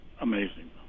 amazing